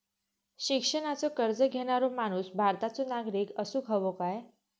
शिक्षणाचो कर्ज घेणारो माणूस भारताचो नागरिक असूक हवो काय?